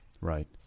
Right